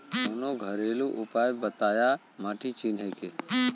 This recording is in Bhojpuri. कवनो घरेलू उपाय बताया माटी चिन्हे के?